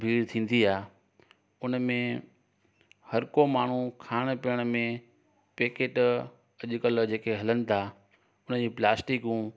भीड़ थींदी आहे उनमें हर को माण्हू खाइण पीयण में पेकिट अॼुकल्ह जेके हलनि था उन ई प्लासटिकू